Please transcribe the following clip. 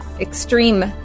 extreme